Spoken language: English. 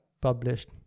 published